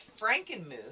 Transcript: Frankenmuth